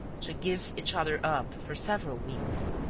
to give each other up for several weeks.